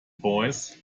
boys